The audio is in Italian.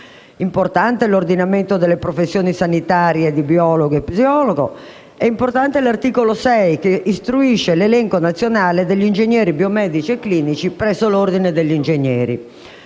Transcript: Importante è l'ordinamento delle professioni sanitarie di biologo e psicologo. Importante è l'articolo 6, che istituisce l'elenco nazionale degli ingegneri biomedici e clinici presso l'Ordine degli ingegneri.